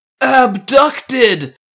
abducted